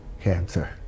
cancer